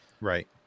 right